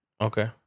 Okay